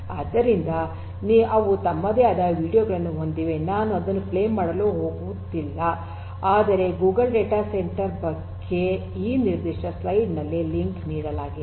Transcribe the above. ಆದ್ದರಿಂದ ಅವು ತಮ್ಮದೇ ಆದ ವೀಡಿಯೊ ಗಳನ್ನು ಹೊಂದಿವೆ ನಾನು ಅದನ್ನು ಪ್ಲೇ ಮಾಡಲು ಹೋಗುತ್ತಿಲ್ಲ ಆದರೆ ಗೂಗಲ್ ಡೇಟಾ ಸೆಂಟರ್ ಬಗ್ಗೆ ಈ ನಿರ್ದಿಷ್ಟ ಸ್ಲೈಡ್ ನಲ್ಲಿ ಲಿಂಕ್ ನೀಡಲಾಗಿದೆ